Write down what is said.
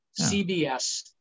CBS